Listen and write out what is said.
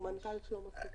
צו רישוי